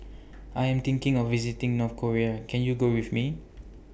I Am thinking of visiting North Korea Can YOU Go with Me